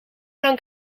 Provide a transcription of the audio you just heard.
lang